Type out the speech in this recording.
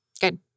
Good